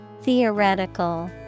Theoretical